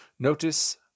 Notice